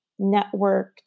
networked